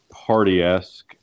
party-esque